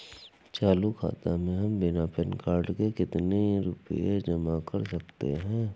चालू खाता में हम बिना पैन कार्ड के कितनी रूपए जमा कर सकते हैं?